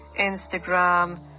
Instagram